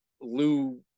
Lou